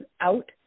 out